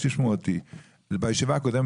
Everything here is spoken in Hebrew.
זוכרים שבישיבה הקודמת